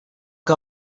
que